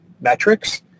metrics